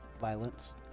violence